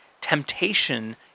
Temptation